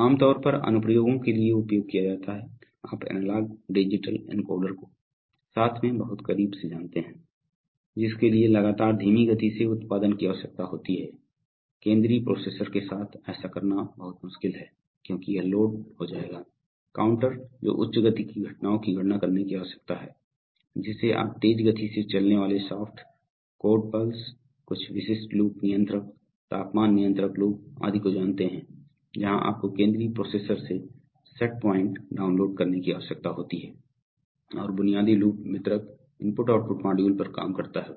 आमतौर पर अनुप्रयोगों के लिए उपयोग किया जाता है आप एनालॉग डिजिटल एन्कोडर को साथ में बहुत करीब से जानते हैं जिसके लिए लगातार धीमी गति से उत्पादन की आवश्यकता होती है केंद्रीय प्रोसेसर के साथ ऐसा करना बहुत मुश्किल है क्योंकि यह लोड हो जाएगा काउंटर जो उच्च गति की घटनाओं की गणना करने की आवश्यकता है जिसे आप तेज़ गति से चलने वाले शाफ्ट कोण पल्स कुछ विशिष्ट लूप नियंत्रक तापमान नियंत्रण लूप आदि को जानते हैं जहां आपको केंद्रीय प्रोसेसर से सेट पॉइंट डाउनलोड करने की आवश्यकता होती है और बुनियादी लूप वितरक IO मॉड्यूल पर काम करता है